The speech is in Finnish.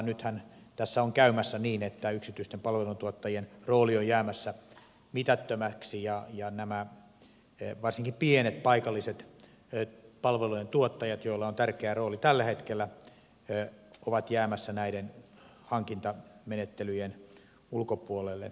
nythän tässä on käymässä niin että yksityisten palveluntuottajien rooli on jäämässä mitättömäksi ja varsinkin pienet paikalliset palveluntuottajat joilla on tärkeä rooli tällä hetkellä ovat jäämässä näiden hankintamenettelyjen ulkopuolelle